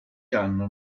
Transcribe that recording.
hanno